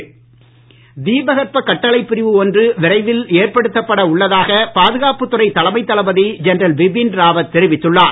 பிபின் ராவத் தீபகற்ப கட்டளைப் பிரிவு ஒன்று விரைவில் ஏற்படுத்தப்பட உள்ளதாக பாதுகாப்பு துறை தலைமைத் தளபதி ஜெனரல் பிபின் ராவத் தெரிவித்துள்ளார்